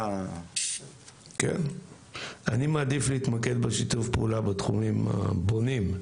אני מעדיף להתמקד בשיתוף פעולה בתחומים הבונים.